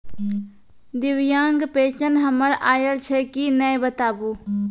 दिव्यांग पेंशन हमर आयल छै कि नैय बताबू?